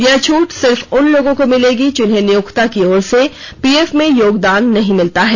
यह छूट सिर्फ उन लोगों को मिलेगी जिन्हें नियोक्ता की ओर से पीएफ में योगदान नहीं मिलता है